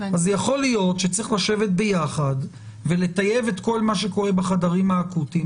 אז יכול להיות שצריך לשבת ביחד ולטייב את כל מה שקורה בחדרי האקוטיים.